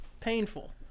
painful